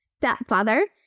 stepfather